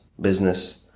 Business